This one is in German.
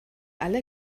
alle